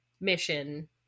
mission